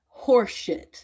Horseshit